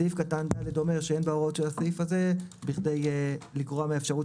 סעיף קטן (ד) אומר שאין בהוראות של הסעיף זה לגרוע מהאפשרות